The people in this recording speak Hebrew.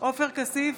עופר כסיף,